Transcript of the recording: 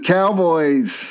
Cowboys